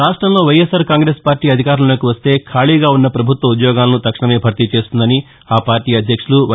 రాష్టంలో వైఎస్సార్ కాంగ్రెస్ పార్టీ అధికారంలోకి వస్తే ఖాళీగా ఉన్న ప్రభుత్వ ఉద్యోగాలను తక్షణమే భర్తీ చేస్తుందని ఆ పార్టీ అధ్యక్షులు వై